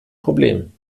problem